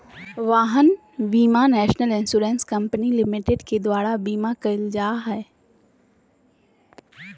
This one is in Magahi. वाहन बीमा नेशनल इंश्योरेंस कम्पनी लिमिटेड के दुआर बीमा कहल जाहइ